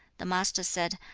the master said,